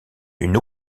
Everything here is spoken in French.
une